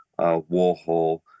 Warhol